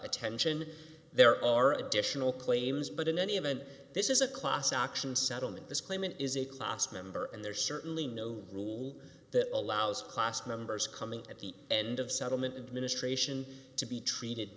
ttention there are additional claims but in any event this is a class action settlement this claimant is a class member and there's certainly no rule that allows class members coming at the end of settlement administration to be treated